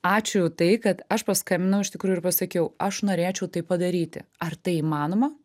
ačiū tai kad aš paskambinau iš tikrųjų ir pasakiau aš norėčiau tai padaryti ar tai įmanoma